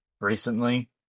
Recently